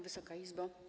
Wysoka Izbo!